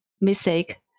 mistake